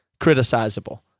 criticizable